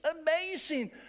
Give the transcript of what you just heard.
amazing